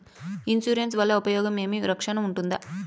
Insurance వల్ల ఉపయోగం ఏమి? రక్షణ ఉంటుందా?